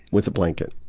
with a blanket.